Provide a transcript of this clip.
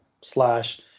slash